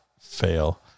fail